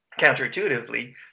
counterintuitively